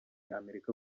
amerika